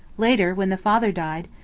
later when the father died,